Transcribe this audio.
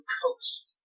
coast